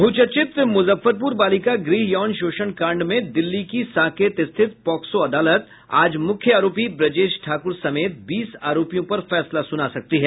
बहुचर्चित मुजफ्फरपुर बालिका गृह यौन शोषण कांड में दिल्ली की साकेत स्थित पाक्सो अदालत आज मुख्य आरोपी ब्रजेश ठाकुर समेत बीस आरोपियों पर फैसला सुना सकता है